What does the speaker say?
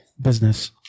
business